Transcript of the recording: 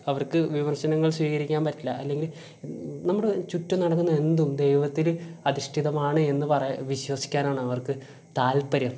അവർക്ക് വിമർശനങ്ങൾ സ്വീകരിക്കാൻ പറ്റില്ല അല്ലെങ്കിൽ നമ്മുടെ ചുറ്റും നടക്കുന്ന എന്തും ദൈവത്തിൽ അധിഷ്ടിതമാണ് എന്ന് പറയു വിശ്വസിക്കാനാണ് അവർക്ക് താൽപര്യം